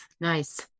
nice